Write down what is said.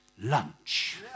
lunch